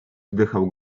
wdychał